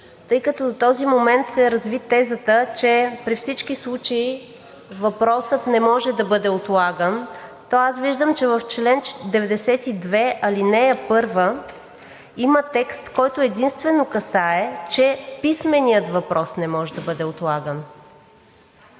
Тъй като до този момент се разви тезата, че при всички случаи въпросът не може да бъде отлаган, то аз виждам, че в чл. 92, ал. 1 има текст, който единствено касае, че писменият въпрос не може да бъде отлаган.